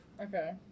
Okay